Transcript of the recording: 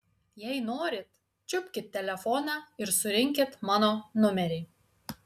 jei norit čiupkit telefoną ir surinkit mano numerį